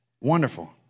Wonderful